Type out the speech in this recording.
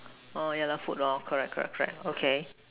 oh yeah lah food correct correct correct okay